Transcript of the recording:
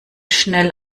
schnell